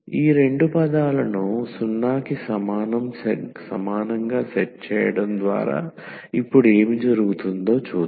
ఈ రెండు పదాలను 0 కి సమానంగా సెట్ చేయడం ద్వారా ఇప్పుడు ఏమి జరుగుతుందో చూద్దాం